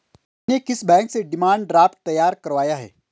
तुमने किस बैंक से डिमांड ड्राफ्ट तैयार करवाया है?